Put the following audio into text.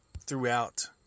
throughout